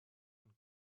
and